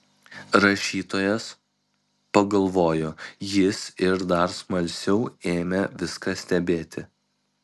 rašytojas pagalvojo jis ir dar smalsiau ėmė viską stebėti